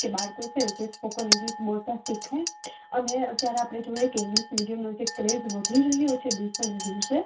કે બાળકો છે જે સ્પોકન ઇંગ્લિશ બોલતા શીખે અને અત્યારે આપણે જોઈએ કે ઇંગ્લિશ મીડિયમનો જે ક્રેઝ વધી રહ્યો છે દિવસેને દિવસે